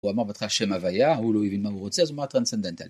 הוא אמר בטח שם הוויה, הוא לא הבין מה הוא רוצה, זאת אומרת Transcendental.